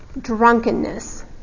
drunkenness